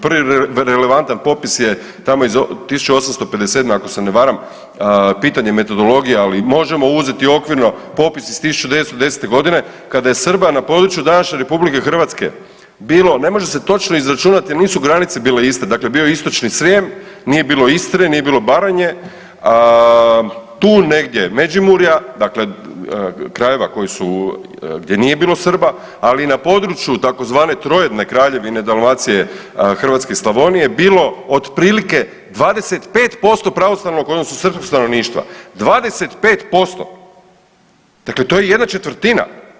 Prvi relevantan popis je tamo iz 1857. ako se ne varam pitanje metodologije, ali možemo uzeti okvirno popis iz 1910.g. kada je Srba na području današnje RH bilo, ne može se točno izračunati, nisu granice bile iste, dakle bio je Istočni Srijem nije bilo Istre, nije bilo Baranje, tu negdje Međimurja dakle krajeva gdje nije bilo Srba, ali na području tzv. trojedne Kraljevine Dalmacije, Hrvatske i Slavonije bilo od otprilike 25% pravoslavnog odnosno srpskog stanovništva, 25% dakle to je jedna četvrtina.